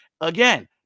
Again